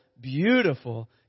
beautiful